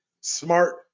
smart